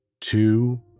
two